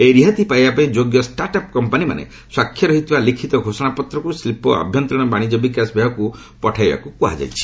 ଏହି ରିହାତି ପାଇବା ପାଇଁ ଯୋଗ୍ୟ ଷ୍ଟାର୍ଟ୍ଅପ୍ କମ୍ପାନୀମାନେ ସ୍ୱାକ୍ଷର ହୋଇଥିବା ଲିଖିତ ଘୋଷଣାପତ୍ରକୁ ଶିଳ୍ପ ଓ ଆଭ୍ୟନ୍ତରୀଣ ବାଣିଜ୍ୟ ବିକାଶ ବିଭାଗକୁ ପଠାଇବାକୁ କୁହାଯାଇଛି